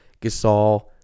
Gasol